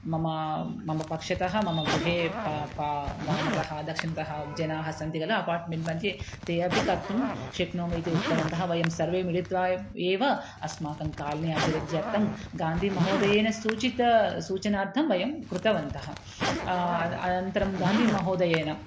मम मम पक्षतः मम गृहे प पा वामतः दक्षिणतः जनाः सन्ति खलु अपार्ट्मेण्ट्मध्ये ते अपि कर्तुं शक्नोमि इति उक्तवन्तः वयं सर्वे मिलित्वा एव अस्माकं काल्नि अभिवृध्यर्थं गान्धिमहोदयेन सूचितं सूचनार्थं वयं कृतवन्तः अनन्तरं गान्धिमहोदयेन